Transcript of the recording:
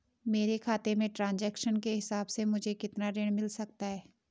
मेरे खाते के ट्रान्ज़ैक्शन के हिसाब से मुझे कितना ऋण मिल सकता है?